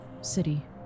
city